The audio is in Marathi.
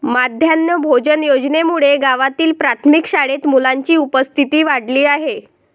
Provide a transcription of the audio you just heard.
माध्यान्ह भोजन योजनेमुळे गावातील प्राथमिक शाळेत मुलांची उपस्थिती वाढली आहे